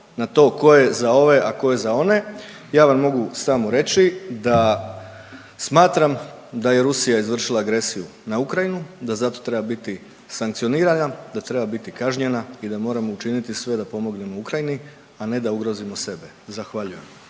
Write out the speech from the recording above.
na to ko je za ove, a ko je za one, ja vam mogu samo reći da smatram da je Rusija izvršila agresiju na Ukrajinu, da zato treba biti sankcionirana, da treba biti kažnjena i da moramo učiniti sve da pomognemo Ukrajini, a ne da ugrozimo sebe. Zahvaljujem.